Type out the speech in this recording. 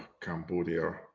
Cambodia